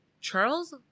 charles